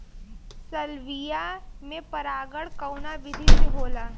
Salvia में परागण कउना विधि से होला?